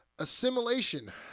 Assimilation